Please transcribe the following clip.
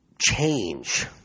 change